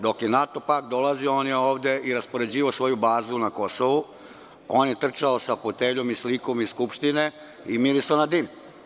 Dok je NATO pakt dolazio on je ovde raspoređivao svoju bazu na KiM, on je trčao sa foteljom i slikom iz Skupštine i mirisao na dim.